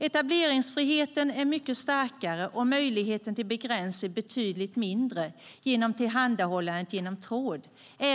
Etableringsfriheten är mycket starkare och möjligheten till begränsningar betydligt mindre genom tillhandahållandet genom tråd.